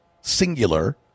singular